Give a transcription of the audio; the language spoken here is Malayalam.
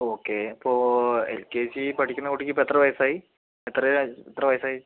ഓക്കെ അപ്പോൾ എൽ കെ ജി പഠിക്കുന്ന കുട്ടിക്കിപ്പോൾ എത്ര വയസ്സായി എത്രയാണ് എത്ര വയസ്സായി